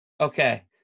Okay